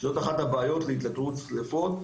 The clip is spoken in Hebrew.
שזו אחת הבעיות להתלקחות שריפות.